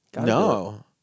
No